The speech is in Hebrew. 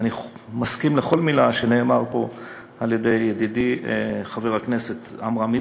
ואני מסכים לכל מילה שנאמרה פה על-ידי ידידי חבר הכנסת עמרם מצנע.